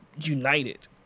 united